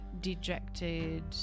dejected